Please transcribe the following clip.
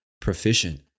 proficient